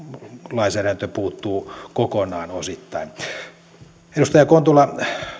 lainsäädäntö puuttuu osittain kokonaan edustaja kontula